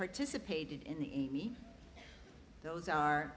participated in the me those are